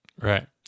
right